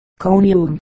Conium